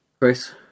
Chris